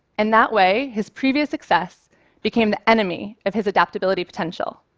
and that way, his previous success became the enemy of his adaptability potential.